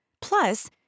Plus